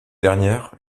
dernière